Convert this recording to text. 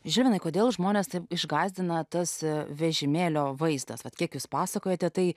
žinai kodėl žmonės taip išgąsdina tas vežimėlio vaizdas bet kiek jūs pasakojote tai